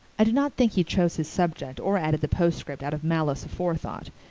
i do not think he chose his subject or added the postscript out of malice aforethought.